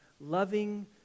loving